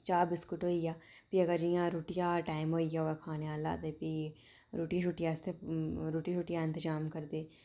चाह् बिसकुट होई गेआ फ्ही अगर जियां रूटिया दा टाईम होई दा होऐ तां खाने आह्ला ते फ्ही रूट्टी शुट्टी आस्तै रूट्टी शुट्टी आह्ला इंतजाम करदे